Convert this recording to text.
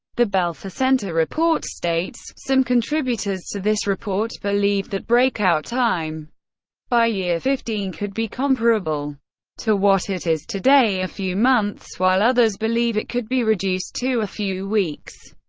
the belfer center report states some contributors to this report believe that breakout time by year fifteen could be comparable to what it is today a few months while others believe it could be reduced to a few weeks.